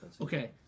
Okay